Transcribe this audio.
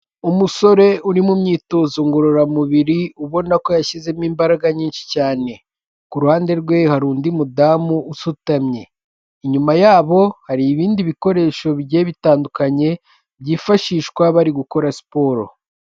Umusore uri mu myitozo ngororamubiri ubona ko yashyizemo imbaraga nyinshi cyane, ku ruhande rwe hari undi mudamu usutamye, inyuma ya bo hari ibindi bikoresho bigiye bitandukanye byifashishwa, bari gukora siporo.